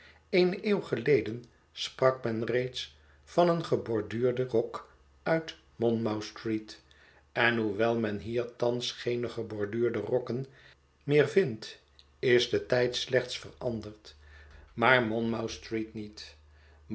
eene eeuw geleden sprak men reeds van een geborduurden rok uit monmouth street en hoewel men hier thans geene geborduurde rokken meer vindt is de tijd slechts veranderd maar monmouth street niet